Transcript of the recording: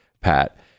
Pat